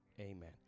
amen